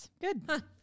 good